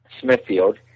Smithfield